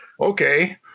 Okay